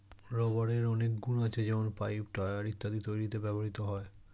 রাবারের অনেক গুন আছে যেমন পাইপ, টায়র ইত্যাদি তৈরিতে ব্যবহৃত হয়